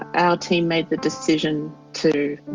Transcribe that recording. our team made the decision to